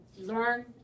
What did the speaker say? learn